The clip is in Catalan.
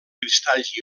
cristalls